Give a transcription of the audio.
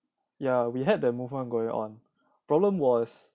ya we had that movement going on problem was